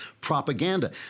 propaganda